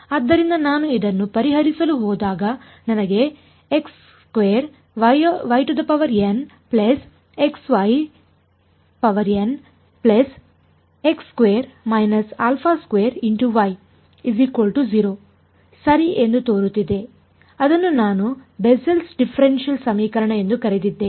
ಆದ್ದರಿಂದ ನಾನು ಇದನ್ನು ಪರಿಹರಿಸಲು ಹೋದಾಗ ನನಗೆ ಸರಿ ಎಂದು ತೋರುತ್ತಿದೆ ಅದನ್ನು ನಾನು ಬೆಸ್ಸೆಲ್ ಡಿಫ್ರೆನ್ಷಿಯಲ್ ಸಮೀಕರಣ ಎಂದು ಕರೆದಿದ್ದೇನೆ